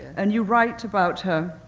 and you write about her,